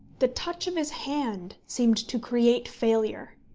the touch of his hand seemed to create failure.